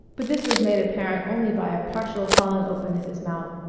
but this was made apparent only by a partial falling open of his mouth,